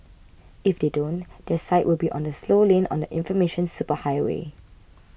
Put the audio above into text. if they don't their site will be on the slow lane on the information superhighway